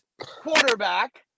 quarterback